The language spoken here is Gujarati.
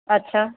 અચ્છા